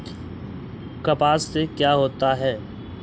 कपास से का होता है?